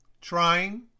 Trying